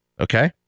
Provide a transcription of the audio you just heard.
Okay